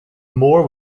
moore